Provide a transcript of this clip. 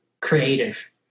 creative